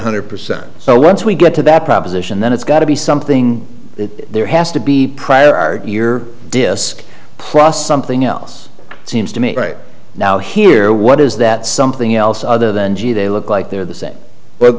hundred percent so once we get to that proposition then it's got to be something that there has to be prior art your disk plus something else seems to me right now here what is that something else other than gee they look like they're the same